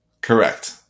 Correct